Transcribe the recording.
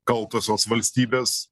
kaltosios valstybės